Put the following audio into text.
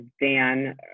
Dan